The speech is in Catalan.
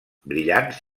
brillants